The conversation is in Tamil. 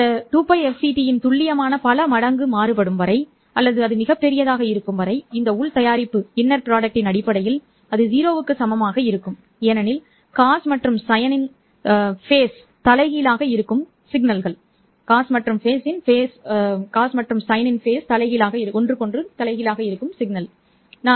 இந்த fct2Л இன் துல்லியமான பல மடங்கு மாறுபடும் வரை அல்லது அது மிகப் பெரியதாக இருக்கும் வரை இந்த உள் தயாரிப்பு அடிப்படையில் 0 க்கு சமமாக இருக்கும் ஏனெனில் காஸ் மற்றும் சைன் கட்ட தலைகீழ் சமிக்ஞைகள்